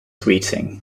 greeting